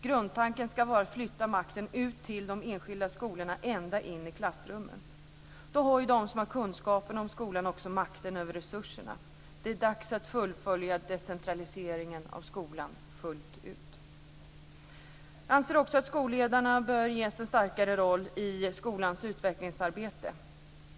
Grundtanken ska vara att flytta makten ut till de enskilda skolorna ända in i klassrummen. Då har ju de som har kunskaperna om skolan också makten över resurserna. Det är dags att fullfölja decentraliseringen av skolan fullt ut. Jag anser också att skolledarna bör ges en starkare roll i skolans utvecklingsarbete.